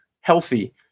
healthy